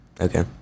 Okay